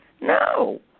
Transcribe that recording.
No